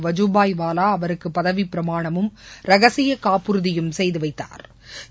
வஜூபாய் வாலா அவருக்கு பதவிப் பிரமாணமும் ரகசிய காப்புறுதியும் செய்து வைத்தாா்